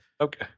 Okay